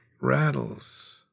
rattles